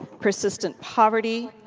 persistent poverty,